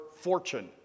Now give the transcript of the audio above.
Fortune